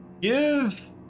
Give